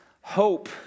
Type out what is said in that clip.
hope